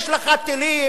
יש לך טילים,